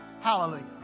Hallelujah